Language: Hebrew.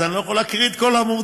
אז אני לא יכול להקריא את כל העמודים,